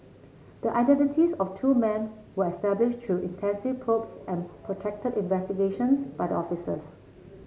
the identities of two men were established through intensive probes and protracted investigations by the officers